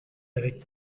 avec